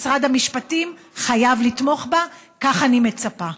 משרד המשפטים חייב לתמוך בה, כך אני מצפה.